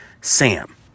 Sam